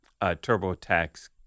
TurboTax